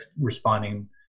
responding